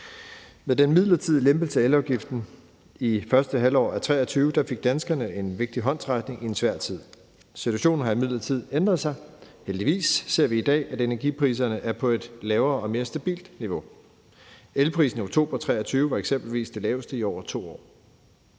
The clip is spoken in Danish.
Med den midlertidige lempelse af elafgiften i første halvår af 2023 fik danskerne en vigtig håndsrækning i en svær tid. Situationen har imidlertid ændret sig. Heldigvis ser vi i dag, at energipriserne er på et lavere og mere stabilt niveau. Elprisen i oktober 2023 var eksempelvis den laveste i over 2 år.